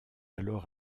alors